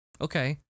okay